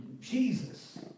Jesus